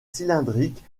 cylindrique